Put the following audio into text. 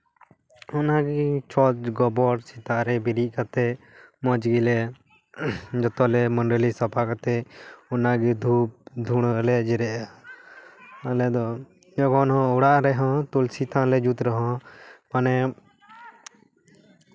ᱚᱱᱟᱜᱮ ᱪᱷᱚᱸᱪ ᱜᱚᱵᱚᱡ ᱥᱮᱛᱟᱜ ᱨᱮ ᱵᱮᱨᱮᱫ ᱠᱟᱛᱮ ᱢᱚᱡᱽ ᱜᱮᱞᱮ ᱡᱚᱛᱚ ᱞᱮ ᱢᱳᱰᱳᱞᱤ ᱥᱟᱯᱷᱟ ᱠᱟᱛᱮ ᱚᱱᱟ ᱜᱮ ᱫᱷᱩᱯ ᱫᱷᱩᱬᱟᱹ ᱞᱮ ᱡᱮᱨᱮᱫ ᱟᱜᱼᱟ ᱟᱞᱮ ᱫᱚ ᱮᱠᱷᱚᱱ ᱦᱚᱸ ᱚᱲᱟᱜ ᱨᱮᱦᱚᱸ ᱛᱩᱞᱥᱤ ᱛᱷᱟᱱ ᱞᱮ ᱡᱩᱛ ᱨᱮᱦᱚᱸ ᱢᱟᱱᱮ